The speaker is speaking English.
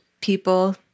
people